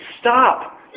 stop